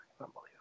unbelievable